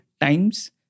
times